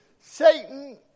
Satan